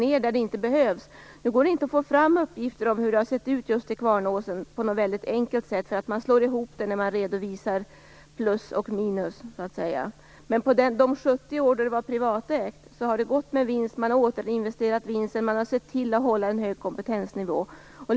Nu går det inte att på något enkelt sätt få fram uppgifter om hur det har sett ut just i Kvarnåsen, därför att man slår ihop uppgifterna när man redovisar plus och minus. Men under de 70 år då företaget var privatägt har det gått med vinst. Man har återinvesterat vinsten och man har sett till att hålla en hög kompetensnivå.